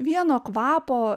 vieno kvapo